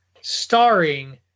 starring